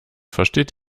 versteht